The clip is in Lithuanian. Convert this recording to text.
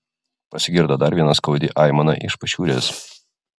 pasigirdo dar viena skaudi aimana iš pašiūrės